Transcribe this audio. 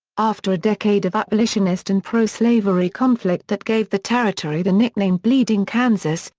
after a decade of abolitionist and pro-slavery conflict that gave the territory the nickname bleeding kansas,